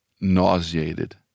nauseated